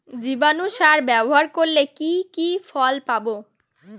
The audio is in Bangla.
জীবাণু সার ব্যাবহার করলে কি কি ফল পাবো?